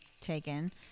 taken